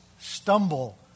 stumble